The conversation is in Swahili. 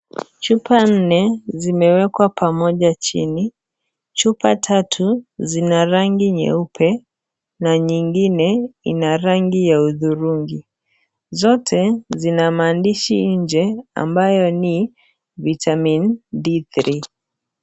Chupa nne zimewekwa pamoja chini. Chupa tatu, zina rangi nyeupe na nyingine ina rangi ya udhurungi. Zote, zina maandishi nje, ambayo ni vitamin D3 .